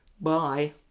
Bye